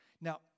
Now